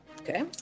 Okay